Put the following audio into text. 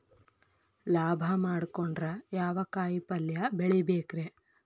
ಲಾಭ ಮಾಡಕೊಂಡ್ರ ಯಾವ ಕಾಯಿಪಲ್ಯ ಬೆಳಿಬೇಕ್ರೇ?